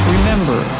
Remember